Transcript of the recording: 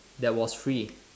that was free